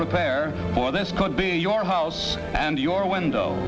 prepare for this could be your house and your window